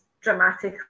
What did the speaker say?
dramatically